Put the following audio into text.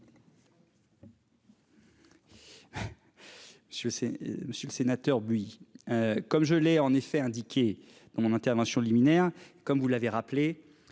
Monsieur le Sénateur, Buy. Comme je l'ai en effet indiqué dans mon intervention liminaire comme vous l'avez rappelé